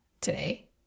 today